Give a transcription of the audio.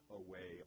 away